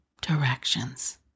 directions